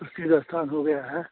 उसी रस्ता गया है